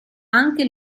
anche